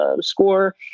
score